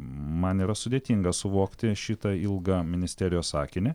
man yra sudėtinga suvokti šitą ilgą ministerijos sakinį